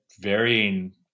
varying